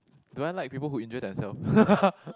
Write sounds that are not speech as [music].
do I like people who injure themself [laughs]